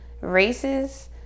races